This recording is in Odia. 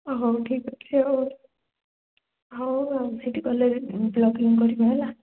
ହଉ ଠିକ୍ ଅଛି ଆଉ ହଉ ଆଉ ସେଇଠି ଗଲେ ବ୍ଳଗିଙ୍ଗ କରିବା ହେଲା